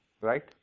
right